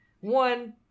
One